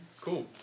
Cool